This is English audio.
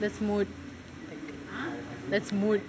that's mood that's mood